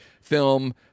film